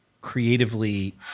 creatively